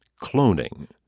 Cloning